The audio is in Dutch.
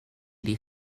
die